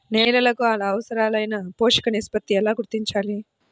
నేలలకు అవసరాలైన పోషక నిష్పత్తిని ఎలా గుర్తించాలి?